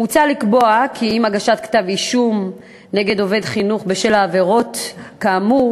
מוצע לקבוע כי עם הגשת כתב-אישום נגד עובד חינוך בשל עבירות כאמור,